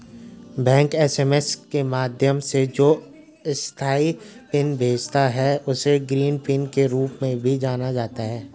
bank SMS के माध्यम से जो अस्थायी पिन भेजता है, उसे ग्रीन पिन के रूप में भी जाना जाता है